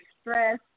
stress